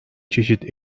çeşit